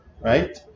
right